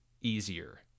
easier